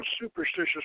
superstitious